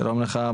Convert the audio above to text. שלום לך,